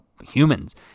humans